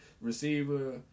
receiver